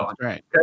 right